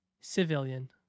Civilian